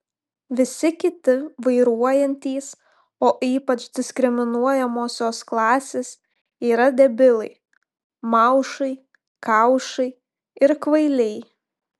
visi kiti vairuojantys o ypač diskriminuojamosios klasės yra debilai maušai kaušai ir kvailiai